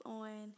on